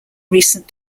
recent